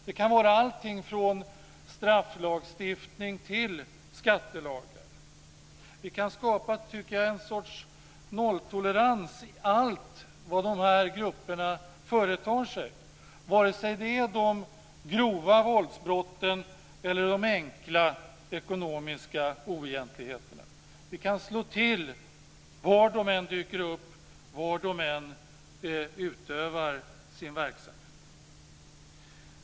Det kan vara allting från strafflagstiftning till skattelagen. Vi kan skapa ett slags nolltolerans mot allt vad dessa grupper företar sig, vare sig det är grova våldsbrott eller enkla ekonomiska oegentligheter. Vi kan slå till var de än dyker upp, var de än utövar sin verksamhet.